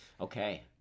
Okay